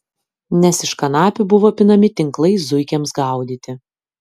nes iš kanapių buvo pinami tinklai zuikiams gaudyti